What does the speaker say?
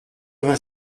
vingt